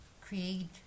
create